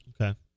Okay